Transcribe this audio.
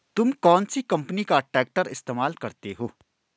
तुम कौनसी कंपनी का ट्रैक्टर इस्तेमाल करते हो?